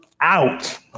out